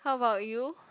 how about you